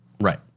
right